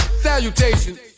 Salutations